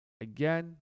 again